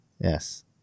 yes